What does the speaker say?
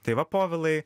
tai va povilai